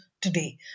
today